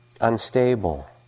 Unstable